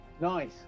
Nice